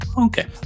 Okay